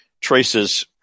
traces